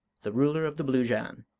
the ruler of the blue jann.